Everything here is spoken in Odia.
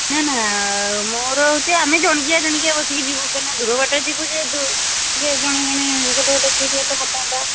ନା ନା ମୋର ହେଉଛି ଆମେ ଜଣିକିଆ ଜଣିକିଆ ବସିକି ଯିବୁ କାହିଁକିନା ଦୂର ବାଟ ଯିବୁ ଯେହେତୁ ଟିକେ ଜଣେ ଜଣେ ଗୋଟେ ଗୋଟେ ସିଟ୍ ହେଲେ ଭଲ ହୁଅନ୍ତା